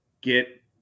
get